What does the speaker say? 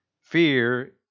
Fear